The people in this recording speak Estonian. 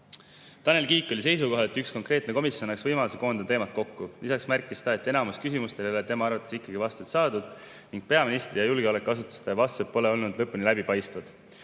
Tanel Kiik oli seisukohal, et üks konkreetne komisjon annaks võimaluse koondada teemad kokku. Lisaks märkis ta, et enamikule küsimustele ei ole tema arvates ikkagi vastust saadud ning peaministri ja julgeolekuasutuste vastused pole olnud lõpuni läbipaistvad.